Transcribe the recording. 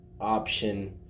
option